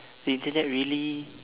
the internet really